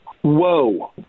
Whoa